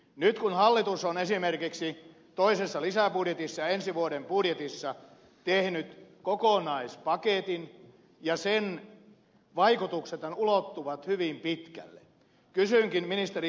nyt kun hallitus on esimerkiksi toisessa lisäbudjetissa ja ensi vuoden budjetissa tehnyt kokonaispaketin ja sen vaikutuksethan ulottuvat hyvin pitkälle kysynkin ministeri kataiselta